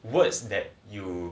words that you